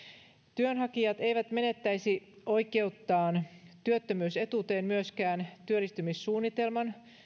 työnhakijat eivät menettäisi oikeuttaan työttömyysetuuteen myöskään työllistymissuunnitelman